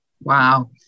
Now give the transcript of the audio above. Wow